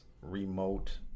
remote